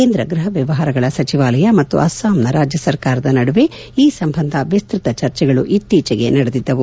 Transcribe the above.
ಕೇಂದ್ರ ಗೃಹ ವ್ಯವಹಾರಗಳ ಸಚಿವಾಲಯ ಮತ್ತು ಅಸ್ಲಾಂನ ರಾಜ್ಯ ಸರ್ಕಾರದ ನಡುವೆ ಈ ಸಂಬಂಧ ವಿಸ್ತೃತ ಚರ್ಚೆಗಳು ಇತ್ತೀಚೆಗೆ ನಡೆದಿದ್ದವು